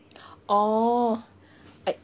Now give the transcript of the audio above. orh like